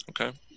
Okay